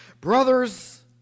Brothers